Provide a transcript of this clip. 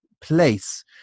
place